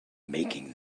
making